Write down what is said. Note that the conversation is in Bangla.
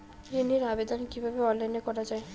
ঋনের আবেদন কিভাবে অনলাইনে করা যায়?